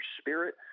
spirit